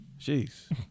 Jeez